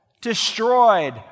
destroyed